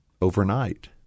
overnight